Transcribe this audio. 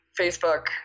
facebook